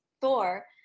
Thor